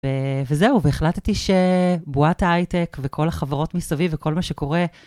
וזהו, והחלטתי שבועת ההיי-טק וכל החברות מסביב וכל מה שקורה...